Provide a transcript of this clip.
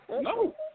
no